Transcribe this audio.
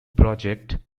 project